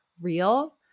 real